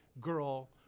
girl